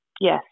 Yes